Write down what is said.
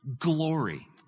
glory